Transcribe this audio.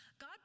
God